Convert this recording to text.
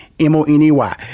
M-O-N-E-Y